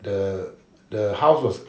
the the house was